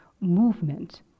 movement